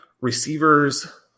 receivers